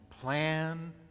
plan